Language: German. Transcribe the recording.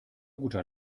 guter